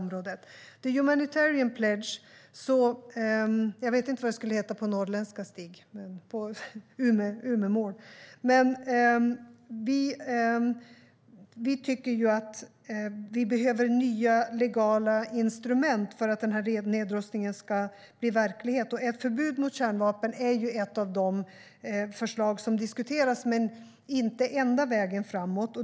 När det gäller Humanitarian Pledge - jag vet inte vad det skulle heta på norrländska eller på Umemål, Stig - tycker vi att nya legala instrument behövs för att nedrustningen ska bli verklighet. Ett förbud mot kärnvapen är ett av de förslag som diskuteras, men det är inte den enda vägen framåt.